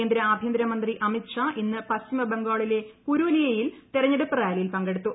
കേന്ദ്ര ആഭ്യന്തര മന്ത്രി അമിത്ഷാ ഇന്ന് പശ്ചിമബംഗാളിലെ പുരുലിയയിൽ തെരഞ്ഞെടുപ്പ് റാലിയിൽ പങ്കെടുത്തു